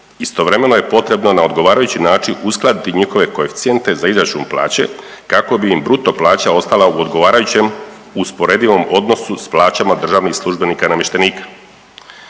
istovremeno je potrebno na odgovarajući način uskladiti njihove koeficijente za izračun plaće kako bi im bruto plaća ostala u odgovarajućem usporedivom odnosu s plaćama državnih službenika i namještenika.